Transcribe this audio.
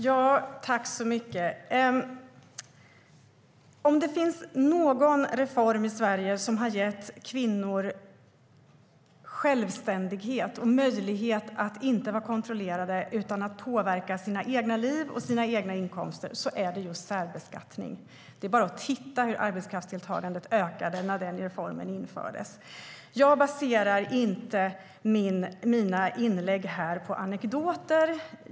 Fru talman! Om det finns någon reform i Sverige som har gett kvinnor självständighet och möjlighet att inte vara kontrollerade utan påverka sina egna liv och sina egna inkomster är det just särbeskattning. Det är bara att titta på hur arbetskraftsdeltagandet ökade när den reformen infördes. Jag baserar inte mina inlägg här på anekdoter.